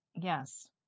yes